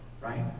Right